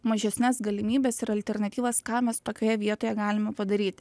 mažesnes galimybes ir alternatyvas ką mes tokioje vietoje galime padaryt